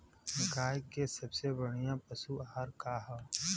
गाय के सबसे बढ़िया पशु आहार का ह?